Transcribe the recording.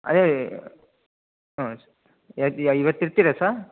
ಅದೇ ಹಾಂ ಎದ್ ಇವತ್ತು ಇರ್ತೀರಾ ಸರ್